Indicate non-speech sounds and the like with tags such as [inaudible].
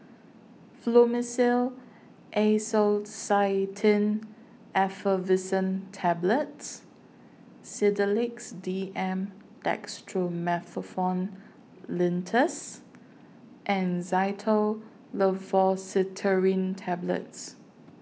Fluimucil Acetylcysteine Effervescent Tablets Sedilix D M Dextromethorphan Linctus and [unintelligible] Tablets